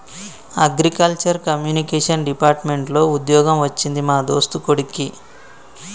agriculture communication department లో వుద్యోగం వచ్చింది మా దోస్తు కొడిక్కి